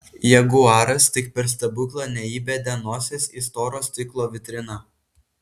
jaguaras tik per stebuklą neįbedė nosies į storo stiklo vitriną